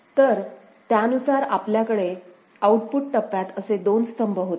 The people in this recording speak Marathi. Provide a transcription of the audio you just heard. तर त्यानुसार आपल्याकडे आउटपुट टप्प्यात असे दोन स्तंभ होते